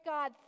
God